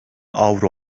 avro